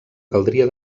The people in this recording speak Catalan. caldria